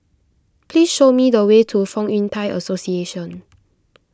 please show me the way to Fong Yun Thai Association